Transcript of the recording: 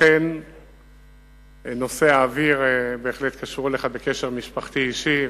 אומנם נושא האוויר בהחלט קשור אליך קשר משפחתי אישי,